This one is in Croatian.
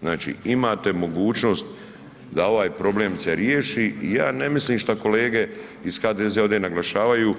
Znači imate mogućnost da ovaj problem se riješi i ja ne mislim šta kolege iz HDZ-a ovde naglašavaju,